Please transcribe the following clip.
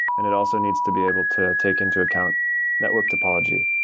and it also needs to be able to take into account network topology.